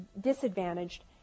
disadvantaged